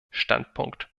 standpunkt